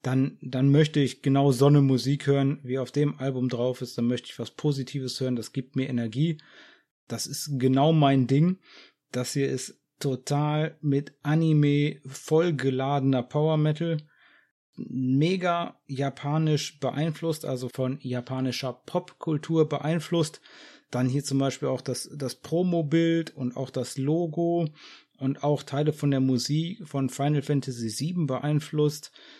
dann- dann möchte ich genau Sonne Musik hören, wie auf dem Album drauf ist, dann möchte ich was Positives hören, das gibt mir Energie. Das ist genau mein Ding. Das hier ist total mit Anime vollgeladener Power Metal, mega japanisch beeinflusst, also von japanischer Popkultur beeinflusst. Dann hier zum Beispiel auch das- das Promobild und auch das Logo und auch Teile von der Musik von Final Fantasy VII beeinflusst.